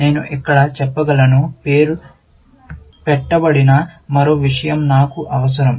నేను ఇక్కడ చెప్పగలను పేరు పెట్టబడిన మరో విషయం నాకు అవసరం